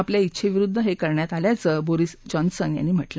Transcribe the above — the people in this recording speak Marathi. आपल्या इच्छेविरुद्ध हे करण्यात आल्याचं बोरिस जॉन्सन म्हणाले